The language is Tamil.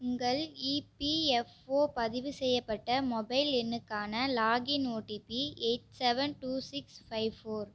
உங்கள் இபிஎஃப்ஒ பதிவு செய்யப்பட்ட மொபைல் எண்ணுக்கான login OTP eight seven two six five four